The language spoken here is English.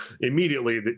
immediately